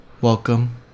welcome